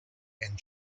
and